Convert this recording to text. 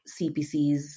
CPCs